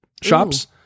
shops